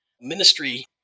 ministry